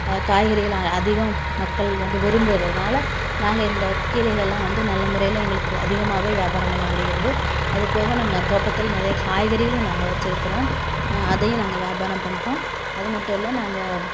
காய்கறிகள் அதிகம் மக்கள் வந்து விரும்புகிறதுனால நாங்கள் இந்த கீரைகளெலாம் வந்து நல்ல முறையில் எங்களுக்கு அதிகமாகவே வியாபாரம் பண்ண முடிகிறது அதுபோக நாங்கள் தோட்டத்தில் நிறைய காய்கறிகளும் நாங்கள் வெச்சுருக்கறோம் அதையும் நாங்கள் வியாபாரம் பண்ணுறோம் அது மட்டும் இல்லை நாங்கள்